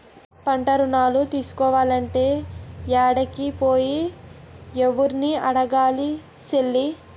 పంటరుణాలు తీసుకోలంటే యాడికి పోయి, యెవుర్ని అడగాలి సెల్లీ?